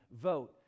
vote